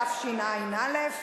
התשע"א 2011,